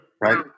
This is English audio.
Right